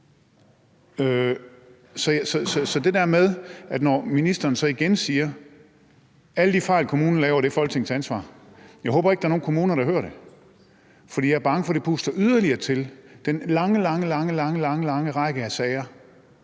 aldrig gjort. Så når ministeren igen siger, at alle de fejl, kommunerne laver, er Folketingets ansvar, så håber jeg ikke, at der er nogle kommuner, der hører det, for jeg er bange for, at det puster yderligere til den lange, lange række af sager